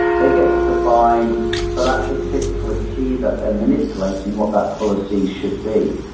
they get to define for that particular key that they're manipulating what that policy should be.